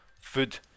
food